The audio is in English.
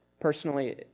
Personally